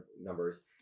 numbers